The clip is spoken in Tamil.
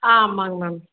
ஆமாங்க மேம்